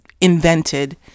invented